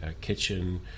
kitchen